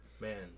Man